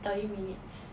thirty minutes